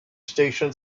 station